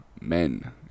men